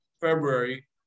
February